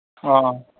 ꯑꯣ